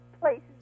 places